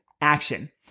action